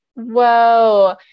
Whoa